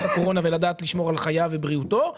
הקורונה ולשמור על חייו ובריאותו ולהתחסן,